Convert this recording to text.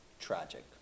tragic